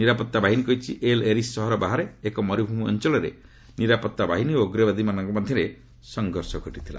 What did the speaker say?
ନିରାପତ୍ତା ବାହିନୀ କହିଛି ଏଲ୍ ଏରିଶ୍ ସହର ବାହାରେ ଏକ ମରୁଭୂମି ଅଞ୍ଚଳରେ ନିରାପତ୍ତା ବାହିନୀ ଓ ଉଗ୍ରବାଦୀମାନଙ୍କ ମଧ୍ୟରେ ସଂଘର୍ଷ ଘଟିଥିଲା